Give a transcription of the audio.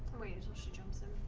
wait until she jumps in.